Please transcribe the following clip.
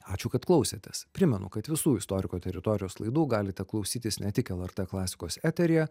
ačiū kad klausėtės primenu kad visų istoriko teritorijos laidų galite klausytis ne tik lrt klasikos eteryje